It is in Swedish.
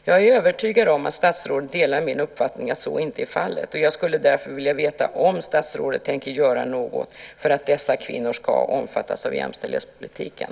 Jag är övertygad om att statsrådet delar min uppfattning att så inte är fallet, och jag skulle därför vilja veta om statsrådet tänker göra något för att dessa kvinnor ska omfattas av jämställdhetspolitiken.